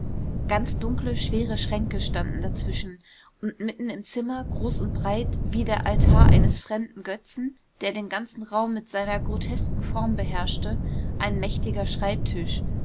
ganz dunkle schwere schränke standen dazwischen und mitten im zimmer groß und breit wie der altar eines fremden götzen der den ganzen raum mit seiner grotesken form beherrschte ein mächtiger schreibtisch